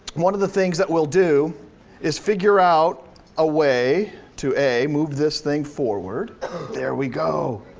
one of the things that we'll do is figure out a way to a, move this thing forward there we go,